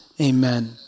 Amen